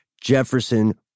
jefferson